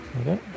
Okay